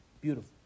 Beautiful